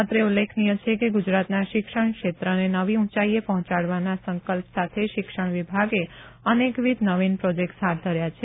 અત્રે ઉલ્લેખનિય છે કે ગુજરાતના શિક્ષણ ક્ષેત્રને નવી ઊંચાઇએ પહોંચાડવાના સંકલ્પ સાથે શિક્ષણ વિભાગે પણ અનેકવિધ નવીન પ્રોજેક્ટ્સ હાથ ધર્યા છે